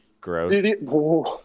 Gross